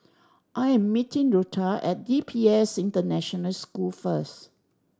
I am meeting Rutha at D P S International School first